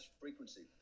frequency